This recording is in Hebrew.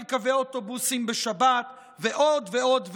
קווי אוטובוסים בשבת ועוד ועוד ועוד,